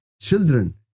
children